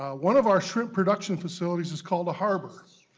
one of our shrimp production facilities is called the harbors.